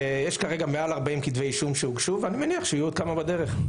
יש כרגע מעל 40 כתבי אישום שהוגשו ואני מניח שיהיו עוד כמה בדרך.